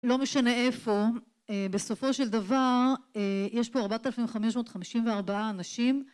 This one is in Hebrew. לא משנה איפה, בסופו של דבר יש פה ארבעת אלפים חמישה מאות חמישים וארבעה אנשים